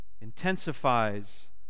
intensifies